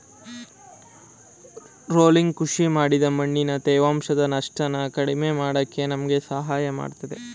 rolling ಕೃಷಿ ಮಾಡಿದ್ ಮಣ್ಣಿಂದ ತೇವಾಂಶದ ನಷ್ಟನ ಕಡಿಮೆ ಮಾಡಕೆ ನಮ್ಗೆ ಸಹಾಯ ಮಾಡ್ತದೆ